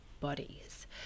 bodies